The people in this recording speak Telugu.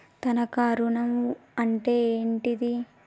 తనఖా ఋణం అంటే ఏంటిది?